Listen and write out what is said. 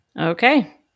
Okay